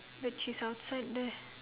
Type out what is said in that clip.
wait she's outside there